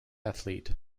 athlete